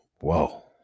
whoa